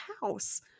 house